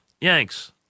Yanks